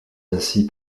ainsi